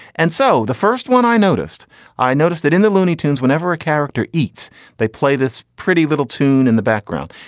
and so the first one i noticed i noticed that in the looney tunes whenever a character eats they play this pretty little tune in the background.